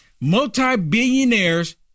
Multi-billionaires